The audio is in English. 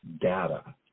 data